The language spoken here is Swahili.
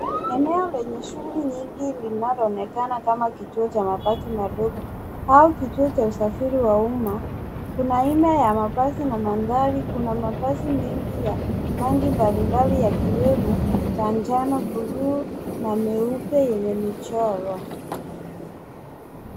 Eneo lenye shughuli nyingi linaloonekana kama kituo cha mabasi madogo au kituo cha usafiri wa umma. Kuna aina ya mabasi na magari. Kuna mabasi mengi rangi mbalimbali yakiwemo ya njano, bluu na meupe yenye michoro.